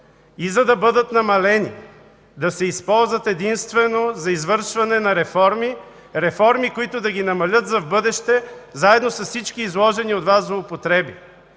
и за да бъдат намалени, да се използват единствено за извършване на реформи, които да ги намалят в бъдеще заедно с всички изложени от Вас злоупотреби.